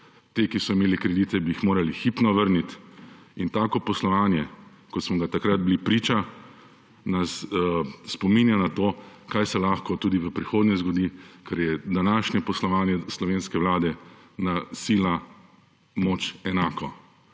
Ti, ki so imeli kredite, bi jih morali hipno vrnit in tako poslovanje, kot smo ga takrat bili priča, nas spominja na to, kaj se lahko tudi v prihodnje zgodi, ker je današnje poslovanje slovenske Vlade na sila moč enako.